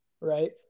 right